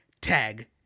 Tag